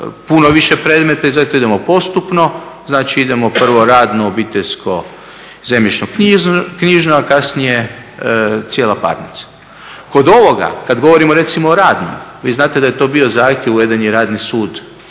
puno je više predmeta i zato idemo postupno. Znači idemo prvo radno, obiteljsko, zemljišno-knjižno, a kasnije cijela parnica. Kod ovoga, kad govorimo recimo o radnom, vi znate da je to bio zahtjev uveden je Radni sud